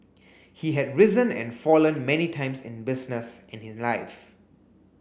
he had risen and fallen many times in business and in life